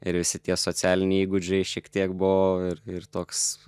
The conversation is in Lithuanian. ir visi tie socialiniai įgūdžiai šiek tiek buvo ir ir toks